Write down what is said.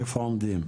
איפה עומדים?